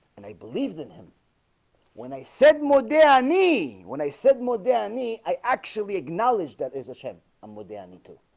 and i believed in him when i said more danny when i said more danny, i actually acknowledge that is a shame. i'm with danny